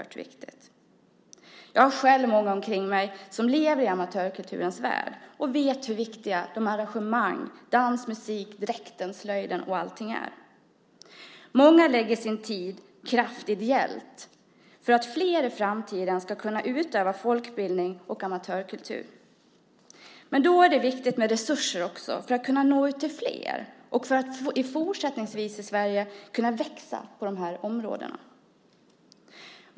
Jag har själv många omkring mig som lever i amatörkulturens värld och vet hur viktiga arrangemangen, dansen, musiken, dräkten, slöjden och allting är. Många lägger ned tid och kraft ideellt för att fler i framtiden ska kunna utöva folkbildning och amatörkultur. Men då är det också viktigt med resurser för att man ska kunna nå ut till fler och för att man fortsättningsvis i Sverige ska kunna växa på de här områdena.